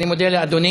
אני מודה לאדוני.